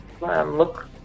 look